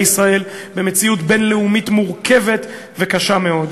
ישראל במציאות בין-לאומית מורכבת וקשה מאוד,